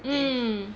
mm